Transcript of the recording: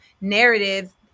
narrative